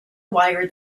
wire